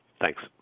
thanks